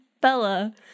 Bella